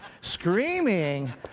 Screaming